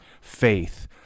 faith